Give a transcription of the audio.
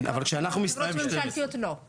בחברות ממשלתיות לא.